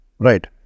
Right